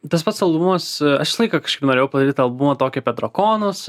tas pats albumas aš visą laiką kažkaip norėjau padaryt albumą tokį apie drakonus